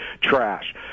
trash